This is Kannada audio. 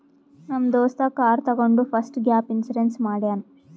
ನಮ್ ದೋಸ್ತ ಕಾರ್ ತಗೊಂಡ್ ಫಸ್ಟ್ ಗ್ಯಾಪ್ ಇನ್ಸೂರೆನ್ಸ್ ಮಾಡ್ಯಾನ್